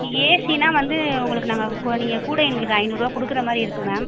ஏசின்னா வந்து உங்களுக்கு நாங்கள் கு நீங்கள் கூட எங்களுக்கு ஐநுறுபா கொடுக்குற மாதிரி இருக்கும் மேம்